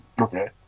Okay